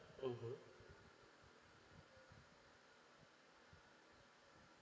mmhmm